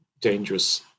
dangerous